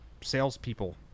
salespeople